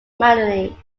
manually